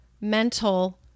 mental